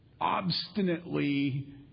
Obstinately